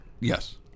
yes